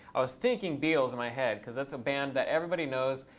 i was thinking beatles in my head, because that's a band that everybody knows,